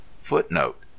Footnote